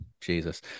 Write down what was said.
Jesus